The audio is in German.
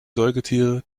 säugetiere